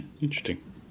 Interesting